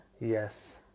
Yes